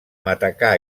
matacà